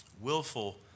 willful